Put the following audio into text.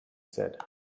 said